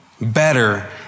better